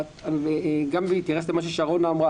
גם בהתייחס אל מה ששרונה אמרה,